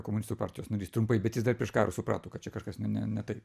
komunistų partijos narys trumpai bet jis dar prieš karą suprato kad čia kažkas ne ne taip